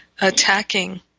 attacking